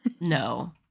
no